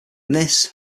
this